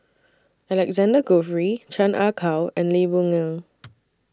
Alexander Guthrie Chan Ah Kow and Lee Boon Ngan